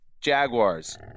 Jaguars